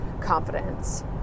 confidence